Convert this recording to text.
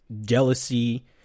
jealousy